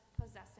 possessing